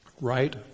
right